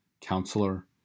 counselor